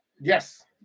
Yes